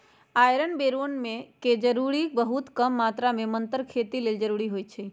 iron बैरौन के जरूरी बहुत कम मात्र में मतर खेती लेल जरूरी होइ छइ